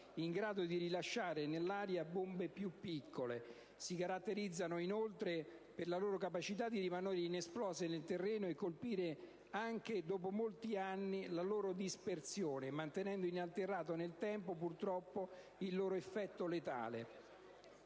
in grado di rilasciare nell'area bombe più piccole. Si caratterizzano inoltre per la loro capacità di rimanere inesplose nel terreno e colpire anche dopo molti anni la loro dispersione, mantenendo inalterato nel tempo, purtroppo, il loro effetto letale.